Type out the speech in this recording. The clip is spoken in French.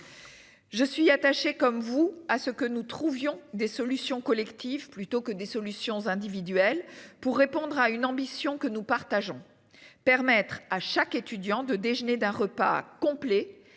Je suis attaché comme vous à ce que nous trouvions des solutions collectives plutôt que des solutions individuelles pour répondre à une ambition que nous partageons, permettre à chaque étudiant de déjeuner d'un repas complet